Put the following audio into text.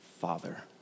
father